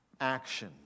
action